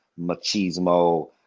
machismo